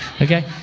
Okay